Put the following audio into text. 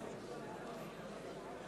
מגלי והבה,